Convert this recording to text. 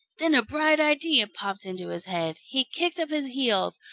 then a bright idea popped into his head. he kicked up his heels.